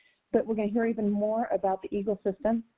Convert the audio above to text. but we're going to hear even more about the eagle system.